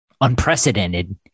unprecedented